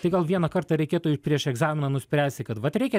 tai gal vieną kartą reikėtų ir prieš egzaminą nuspręsti kad vat reikia